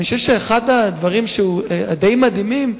אני חושב שאחד הדברים שדי מדהימים,